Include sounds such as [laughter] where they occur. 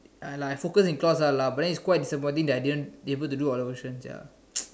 uh like I focus in class all lah but then it's quite disappointing that I didn't able to do other question ya [noise]